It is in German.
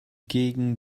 gegen